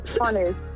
honest